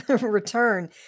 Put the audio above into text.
return